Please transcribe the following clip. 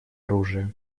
оружия